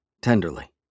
tenderly